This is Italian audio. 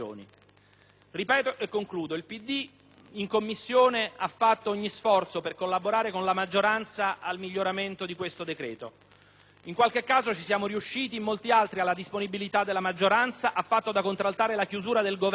Ripeto e concludo. Il PD in Commissione ha fatto ogni sforzo per collaborare con la maggioranza al miglioramento del decreto-legge in esame. In qualche caso ci siamo riusciti; in molti altri, invece, alla disponibilità della maggioranza ha fatto da contraltare la chiusura del Governo,